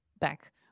back